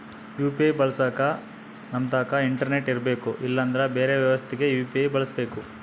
UPI ಬಳಸಕ ನಮ್ತಕ internet ಇರರ್ಬೆಕು ಇಲ್ಲಂದ್ರ ಬೆರೆ ವ್ಯವಸ್ಥೆಗ ಯು.ಪಿ.ಐ ಬಳಸಬಕು